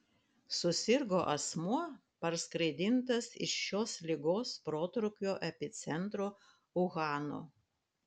susirgo asmuo parskraidintas iš šios ligos protrūkio epicentro uhano